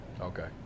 Okay